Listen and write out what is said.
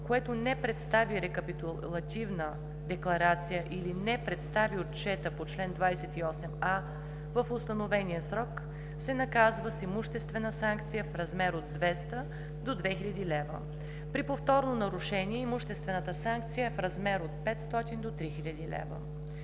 което не представи рекапитулативна декларация или не представи отчета по чл. 28а в установения срок, се наказва с имуществена санкция в размер от 200 до 2000 лв. При повторно нарушение имуществената санкция е в размер от 500 до 3000 лв.“